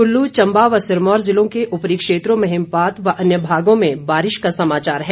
कुल्लू व चंबा व सिरमौर जिलों के उपरी क्षेत्रों में हिमपात व अन्य भागों में बारिश का समाचार है